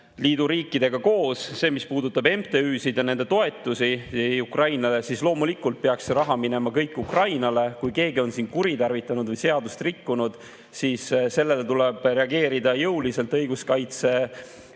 Liidu riikidega koos. See, mis puudutab MTÜ‑sid ja nende toetusi Ukrainale, siis loomulikult peaks see raha minema kõik Ukrainale. Kui keegi on kuritarvitanud või seadust rikkunud, siis sellele peavad jõuliselt reageerima